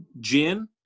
gin